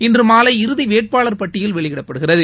இன்று மாலை இறுதி வேட்பாளர் பட்டியல் வெளியிடப்படுகிறது